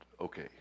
okay